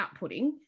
outputting